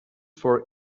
for